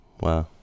Wow